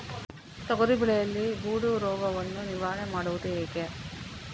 ತೊಗರಿ ಬೆಳೆಯಲ್ಲಿ ಗೊಡ್ಡು ರೋಗವನ್ನು ನಿವಾರಣೆ ಮಾಡುವುದು ಹೇಗೆ?